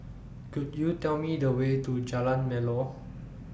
Could YOU Tell Me The Way to Jalan Melor